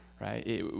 right